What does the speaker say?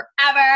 forever